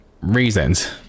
reasons